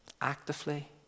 Actively